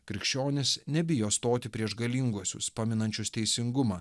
krikščionis nebijo stoti prieš galinguosius paminančius teisingumą